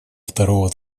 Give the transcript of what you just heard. второго